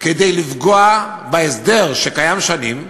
כדי לפגוע בהסדר שקיים שנים,